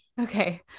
okay